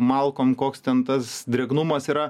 malkom koks ten tas drėgnumas yra